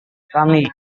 kami